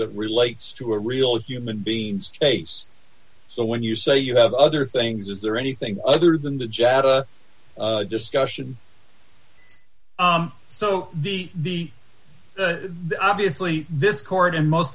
that relates to a real human beings case so when you say you have other things is there anything other than the jet discussion so the obviously this court and most